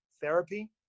Therapy